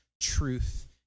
truth